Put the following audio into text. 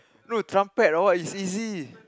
no trumpet or what it's easy